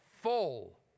full